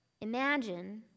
Imagine